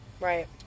right